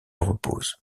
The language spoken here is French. repose